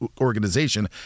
organization